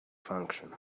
function